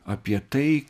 apie tai